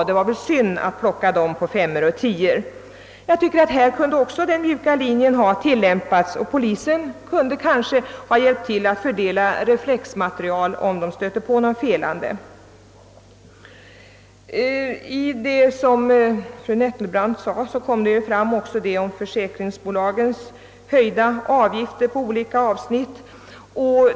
Det vore synd att plocka dem på femmor och tior. Här kunde också den mjuka linjen ha tillämpats. Polisen kunde kanske ha hjälpt till att dela ut reflexmaterial om man stötte på någon felande. Fru Nettelbrandt talade också om försäkringsbolagens höjda avgifter på olika avsnitt.